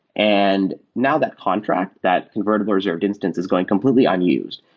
and now that contract, that convertible reserved instance is going completely unused.